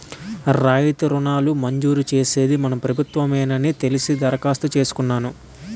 రాయితీ రుణాలు మంజూరు చేసేది మన ప్రభుత్వ మేనని తెలిసి దరఖాస్తు చేసుకున్నాను